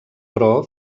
però